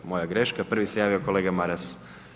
Moja greška, prvi se javio kolega Maras.